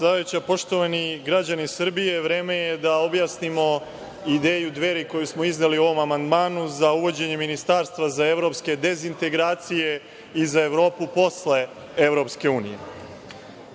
predsedavajuća. Poštovani građani Srbije, vreme je da objasnimo ideju Dveri koju smo izneli u ovom amandmanu za uvođenje ministarstva za evropske dezintegracije i za Evropu posle EU.Ono što je